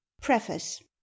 preface